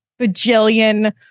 bajillion